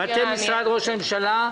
מטה משרד ראש הממשלה.